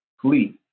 please